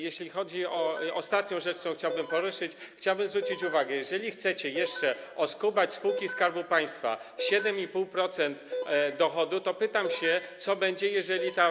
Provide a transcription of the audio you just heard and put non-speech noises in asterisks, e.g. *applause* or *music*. Jeśli chodzi o ostatnią rzecz, *noise* którą chciałbym poruszyć, to chciałbym zwrócić uwagę: jeżeli chcecie jeszcze oskubać spółki Skarbu Państwa z 7,5% dochodu, to pytam się, co będzie, jeżeli taka spółka.